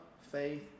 faith